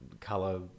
color